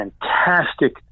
fantastic